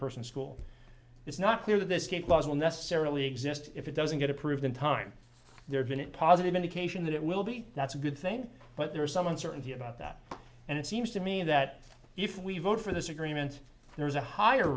person school it's not clear that this gate laws will necessarily exist if it doesn't get approved in time there's been a positive indication that it will be that's a good thing but there is some uncertainty about that and it seems to me that if we vote for this agreement there's a higher